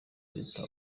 leta